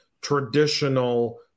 traditional